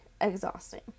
exhausting